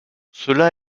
cela